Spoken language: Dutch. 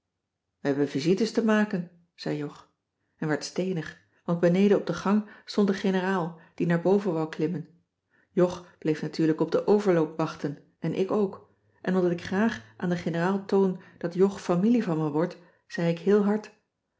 we hebben visites te maken zei jog en werd steenig want beneden op de gang stond de generaal die naar boven wou klimmen jog bleef natuurlijk op den overloop wachten en ik ook en omdat ik graag aan de generaal toon dat jog familie van me wordt zei ik heel hard